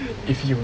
if you